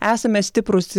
esame stiprūs